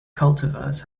cultivars